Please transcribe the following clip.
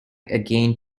again